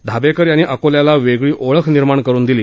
धाबेकर यांनी अकोल्याला वेगळी ओळख निर्माण करून दिली